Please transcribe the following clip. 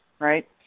right